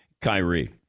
Kyrie